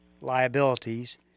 Liabilities